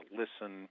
listen